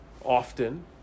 often